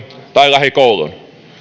tai koulun